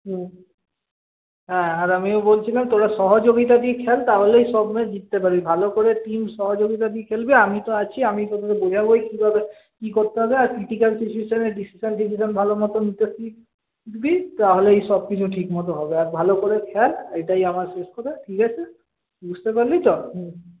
হুম হ্যাঁ আর আমিও বলছিলাম তোরা সহযোগিতা দিয়ে খেল তাহলেই সব ম্যাচ জিততে পারবি ভালো করে টিম সহযোগিতা দিয়ে খেলবে আমি তো আছি আমি তোদেরকে বোঝাবো কি ভাবে কি করতে হবে আর ক্রিটিক্যাল ডিসিশন টিশিশন ভালো মতো নিতে শেখ তাহলেই সবকিছু ঠিকমতো হবে আর ভালো করে খেল এটাই আমার শেষ কথা ঠিক আছে বুঝতে পারলি তো হুম